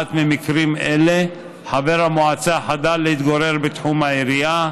הנובעת ממקרים אלה: חבר המועצה חדל להתגורר בתחום העירייה,